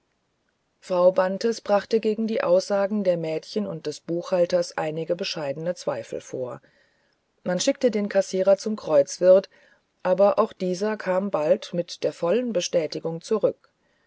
frau bantes brachte gegen die aussagen der mägde und des buchhalters einige bescheidene zweifel vor man schickte den kassierer zum kreuzwirt aber auch dieser kam bald mit der vollen bestätigung zurück